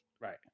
Right